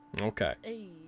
Okay